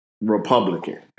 Republican